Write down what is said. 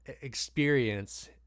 experience